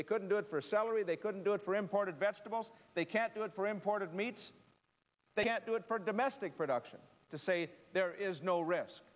they couldn't do it for celery they couldn't do it for imported vegetables they can't do it for imported meats they can't do it for domestic production to say there is no r